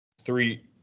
three